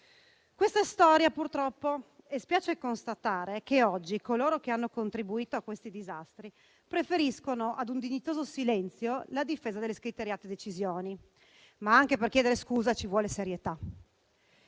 Questa è storia, purtroppo, e spiace constatare che oggi coloro che hanno contribuito a questi disastri preferiscono a un dignitoso silenzio la difesa delle loro scriteriate decisioni. Ma anche per chiedere scusa ci vuole serietà,